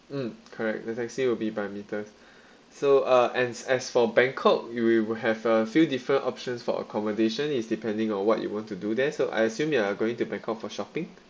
mm correct the taxi will be by meters so uh as as for bangkok you will have a few different options for accommodation is depending on what you want to do there so I assume you are going to bangkok for shopping